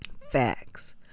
facts